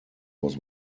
was